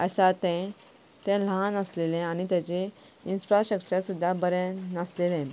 आसा तें तें ल्हान आशिल्लें आनी ताजें इनफ्रास्ट्रक्चर सुद्दां बरें नाशिल्लें